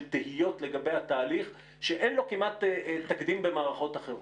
תהיות לגבי התהליך שאין לו כמעט תקדים במערכות אחרות.